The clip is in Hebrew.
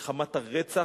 של חמת הרצח.